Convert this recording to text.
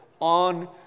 on